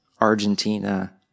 Argentina